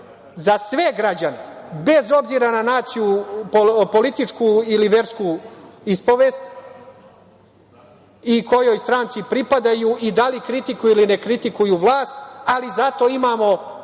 za sve građane, bez obzira na naciju, političku ili versku ispovest, ili kojoj stranci pripadaju i da li kritikuju ili ne kritikuju vlast. Ali, zato imamo